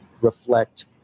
reflect